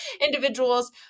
individuals